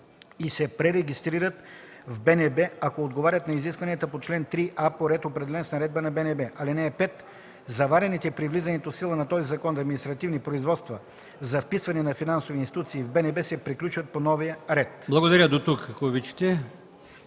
и се пререгистрират в БНБ, ако отговарят на изискванията на чл. 3а, по ред, определен с наредба на БНБ. (5) Заварените при влизането в сила на този закон административни производства за вписване на финансови институции в БНБ се приключват по новия ред.” ПРЕДСЕДАТЕЛ